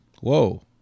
Whoa